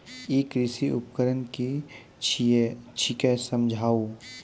ई कृषि उपकरण कि छियै समझाऊ?